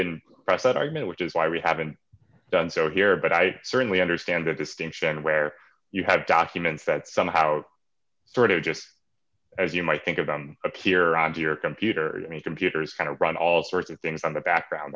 didn't press that argument which is why we haven't done so here but i certainly understand the distinction where you have documents that somehow sort of just as you might think about a peer onto your computer i mean computers kind of run all sorts of things on the background